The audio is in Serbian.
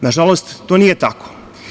Nažalost, to nije tako.